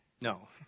No